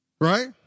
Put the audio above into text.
Right